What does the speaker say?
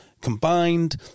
combined